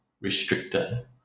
restricted